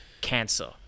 Cancer